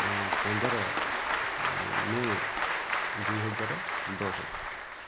ପନ୍ଦର ମେ' ଦୁଇ ହଜାର ଦଶ